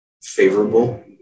favorable